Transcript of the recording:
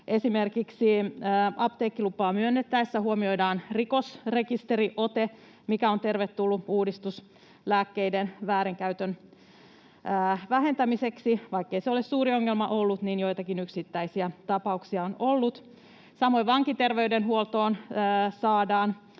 Esimerkiksi apteekkilupaa myönnettäessä huomioidaan rikosrekisteriote, mikä on tervetullut uudistus lääkkeiden väärinkäytön vähentämiseksi. Vaikkei se ole suuri ongelma ollut, niin joitakin yksittäisiä tapauksia on ollut. Samoin vankiterveydenhuoltoon saadaan